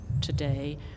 today